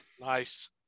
nice